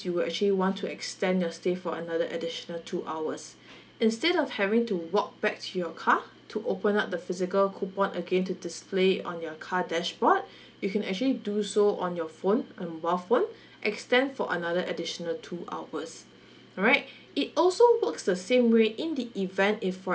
you will actually want to extend your stay for another additional two hours instead of having to walk back to your car to open up the physical coupon again to display on your car dashboard you can actually do so on your phone mobile phone extend for another additional two hours alright it also works the same way in the event if for